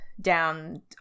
down